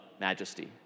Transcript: majesty